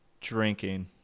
drinking